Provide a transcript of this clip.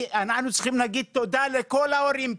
אנחנו צריכים להגיד תודה לכל ההורים פה.